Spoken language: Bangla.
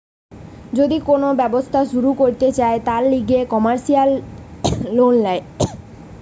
যদি কোন ব্যবসা শুরু করতে চায়, তার লিগে কমার্সিয়াল লোন ল্যায়